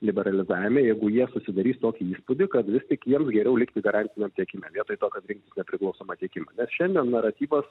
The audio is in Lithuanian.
liberalizavime jeigu jie susidarys tokį įspūdį kad vis tik jiems geriau likti garantiniam tiekime vietoj to kad rinktis nepriklausomą tiekimą nes šiandien naratyvas